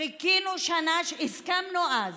הסכמנו אז.